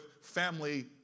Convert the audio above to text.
family